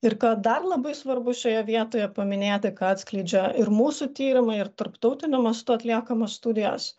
ir ką dar labai svarbu šioje vietoje paminėti ką atskleidžia ir mūsų tyrimai ir tarptautiniu mastu atliekamos studijos